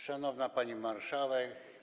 Szanowna Pani Marszałek!